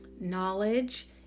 Knowledge